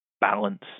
balance